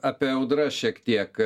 apie audras šiek tiek